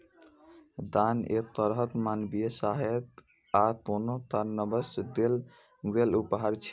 दान एक तरहक मानवीय सहायता आ कोनो कारणवश देल गेल उपहार छियै